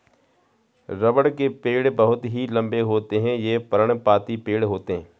रबड़ के पेड़ बहुत ही लंबे होते हैं ये पर्णपाती पेड़ होते है